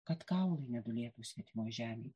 kad kaulai nedūlėtų svetimoj žemėj